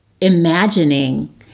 imagining